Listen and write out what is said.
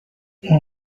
اون